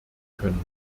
können